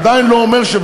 זה עדיין לא אומר,